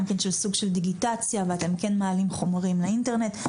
סוג של דיגיטציה ואתם כן מעלים חומרים לאינטרנט.